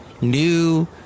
new